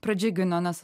pradžiugino nes